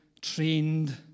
trained